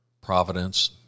providence